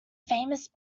famous